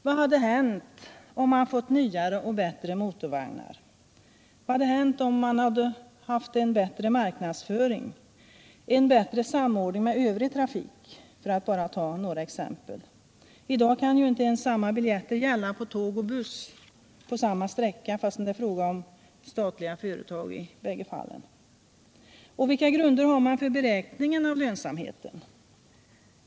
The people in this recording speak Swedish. Vad hade hänt om man fått nyare och bättre motorvagnar, om man hade haft en bättre marknadsföring, en bättre samordning med övrig trafik? — för att bara ta några exempel. I dag kan ju inte ens samma biljett gälla på tåg och buss på samma sträcka fastän det är fråga om statliga företag i båda fallen. Och vilka grunder har man för beräkningen av lönsamheten?